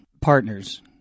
partners